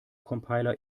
compiler